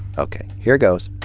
ok. here goes.